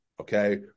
okay